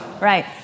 Right